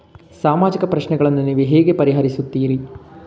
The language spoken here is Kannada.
ಸಾಮಾಜಿಕ ಪ್ರಶ್ನೆಗಳನ್ನು ನೀವು ಹೇಗೆ ಪರಿಹರಿಸುತ್ತೀರಿ?